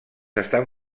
estan